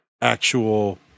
actual